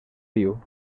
viu